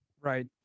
Right